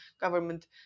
government